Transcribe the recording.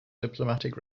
diplomatic